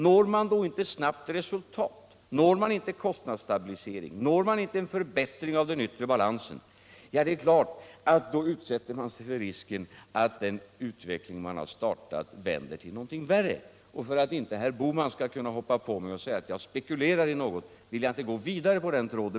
Når man då inte snabbt resultat, stabilisering och förbättring av den yttre balansen utsätter man sig för risken att den utveckling man har startat vänder till något värre. För att inte herr Bohman skall kunna angripa mig och säga att jag spekulerar i något vill jag inte spinna vidare på den tråden.